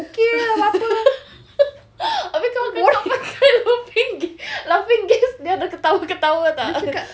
habis kawan kakak pakai laughing gas dia ada ketawa-ketawa tak